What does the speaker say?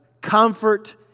comfort